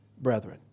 brethren